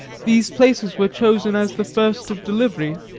these places were chosen as the first of delivery,